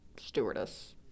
stewardess